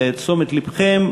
לתשומת לבכם,